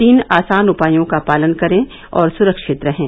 तीन आसान उपायों का पालन करें और सुरक्षित रहें